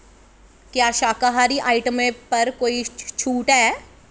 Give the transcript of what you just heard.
क्या शाकाहारी आइटमें पर कोई छूट ऐ